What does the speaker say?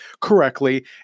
correctly